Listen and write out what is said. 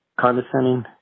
condescending